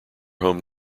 home